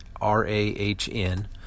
R-A-H-N